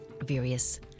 various